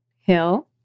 Hill